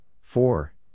four